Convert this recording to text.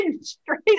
straight